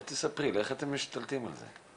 איך אתם משתלטים על זה?